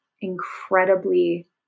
incredibly